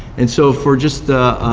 and so for just the